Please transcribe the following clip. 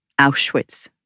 Auschwitz